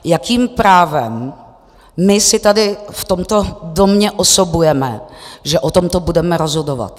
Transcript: Jakým právem si tady v tomto domě osobujeme, že o tomto budeme rozhodovat?